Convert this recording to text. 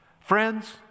Friends